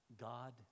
God